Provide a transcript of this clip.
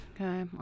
Okay